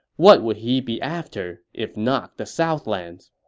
what would he be after if not the southlands?